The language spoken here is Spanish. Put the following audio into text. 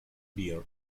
beer